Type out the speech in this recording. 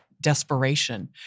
desperation